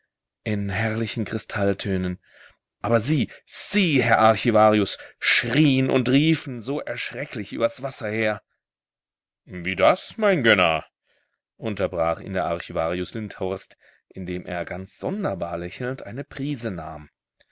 in herrlichen kristalltönen aber sie sie herr archivarius schrieen und riefen so erschrecklich übers wasser her wie das mein gönner unterbrach ihn der archivarius lindhorst indem er ganz sonderbar lächelnd eine prise nahm